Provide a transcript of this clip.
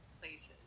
places